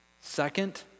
Second